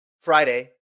Friday